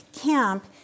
Camp